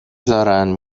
زارن